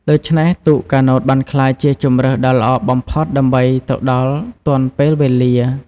ដូច្នេះទូកកាណូតបានក្លាយជាជម្រើសដ៏ល្អបំផុតដើម្បីទៅដល់ទាន់ពេលវេលា។